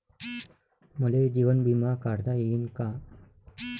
मले जीवन बिमा काढता येईन का?